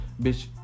Bitch